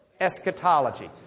eschatology